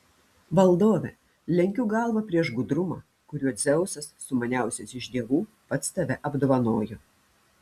valdove lenkiu galvą prieš gudrumą kuriuo dzeusas sumaniausias iš dievų pats tave apdovanojo